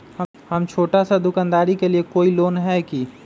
हम छोटा सा दुकानदारी के लिए कोई लोन है कि?